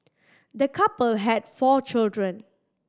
the couple had four children